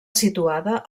situada